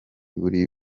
buri